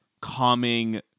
calming